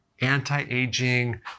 anti-aging